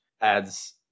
Adds